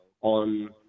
on